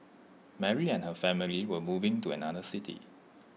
Mary and her family were moving to another city